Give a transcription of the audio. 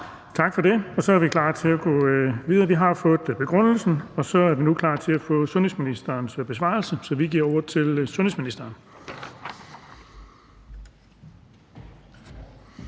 Tak for det, og så er vi klar til at gå videre, og vi har jo fået begrundelsen, og nu er det sundhedsministeren til en besvarelse. Så vi giver ordet til sundhedsministeren.